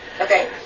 Okay